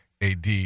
AD